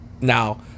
Now